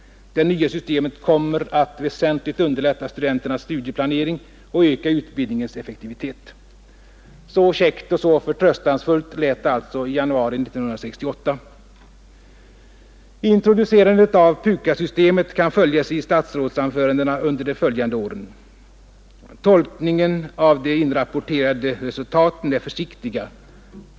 Det nya systemet kommer att väsentligt underlätta studenternas studieplanering och öka utbildningens effektivitet.” Så käckt och så förtröstansfullt lät det alltså i januari 1968. Introducerandet av PUKAS-systemet kan följas i statsrådsanförandena under de följande åren. Tolkningen av de inrapporterade resultaten är försiktig.